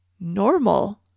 normal